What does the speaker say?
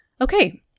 Okay